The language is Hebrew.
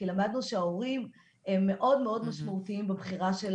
כי למדנו שההורים הם מאוד מאוד משמעותיים בבחירה של